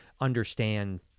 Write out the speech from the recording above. understand